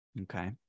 Okay